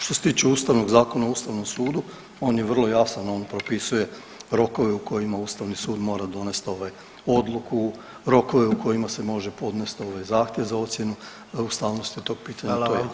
Što se tiče Ustavnog zakona o Ustavnom sudu on je vrlo jasan, on propisuje rokove u kojima Ustavni sud mora donest ovaj odluku, rokove u kojima se može podnijet ovaj zahtjev za ocjenu za ustavnosti tog pitanja.